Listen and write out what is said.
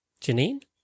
Janine